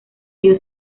ello